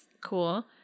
cool